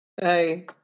Hey